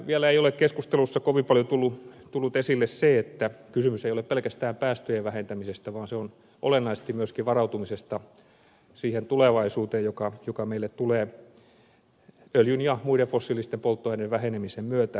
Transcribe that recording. vielä ei ole keskustelussa kovin paljon tullut esille se että kysymys ei ole pelkästään päästöjen vähentämisestä vaan olennaisesti myöskin varautumisesta siihen tulevaisuuteen joka meille tulee öljyn ja muiden fossiilisten polttoaineiden vähenemisen myötä